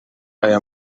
aya